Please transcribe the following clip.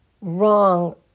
wrong